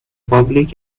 public